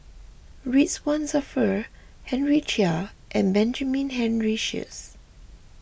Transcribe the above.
Ridzwan Dzafir Henry Chia and Benjamin Henry Sheares